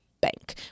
bank